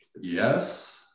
Yes